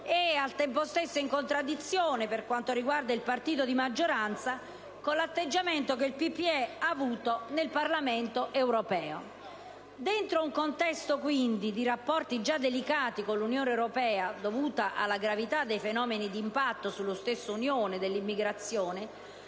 e, al tempo stesso, è in contraddizione per quanto riguarda il partito di maggioranza con l'atteggiamento che il PPE ha avuto nel Parlamento europeo. In un contesto quindi di rapporti già delicati con l'Unione europea, dovuti alla gravità dei fenomeni sull'immigrazione